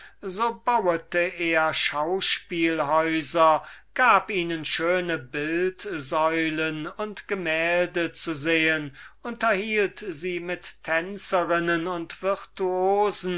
er schauspielhäuser gab ihnen schöne statuen und gemälde zu sehen unterhielt sie mit tänzerinnen und